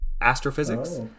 astrophysics